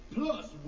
Plus